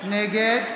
נגד